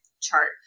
chart